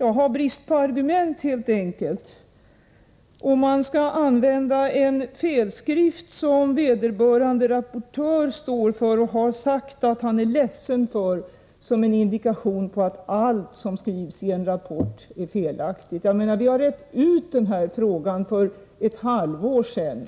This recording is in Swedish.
enkelt ha brist på argument om man vill använda en felskrivning som vederbörande rapportör står för och har sagt att han är ledsen för som en indikation på att allt som skrivits i en rapport är felaktigt. Vi har rett ut denna fråga för ett halvår sedan.